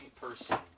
person